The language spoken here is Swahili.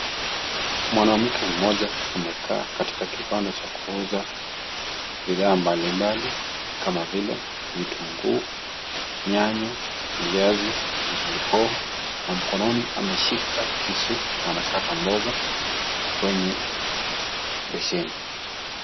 Mwanamke mmoja amekaa katika kibanda cha kuuza bidhaa mbalibali kama vile vitunguu, nyanya, viazi, pilipilihoho na mkononi ameshika kisu na anakata mboga kwenye besheni.